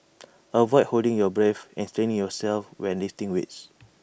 avoid holding your breath and straining yourself when lifting weights